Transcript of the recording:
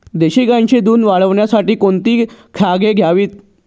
देशी गाईचे दूध वाढवण्यासाठी कोणती खाद्ये द्यावीत?